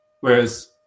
Whereas